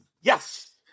yes